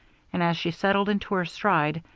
and as she settled into her stride,